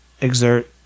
exert